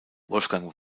wolfgang